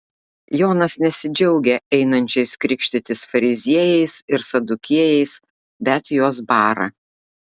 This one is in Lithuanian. jonas nesidžiaugia einančiais krikštytis fariziejais ir sadukiejais bet juos bara